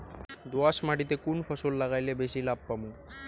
দোয়াস মাটিতে কুন ফসল লাগাইলে বেশি লাভ পামু?